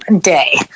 day